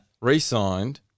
re-signed